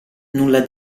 nulla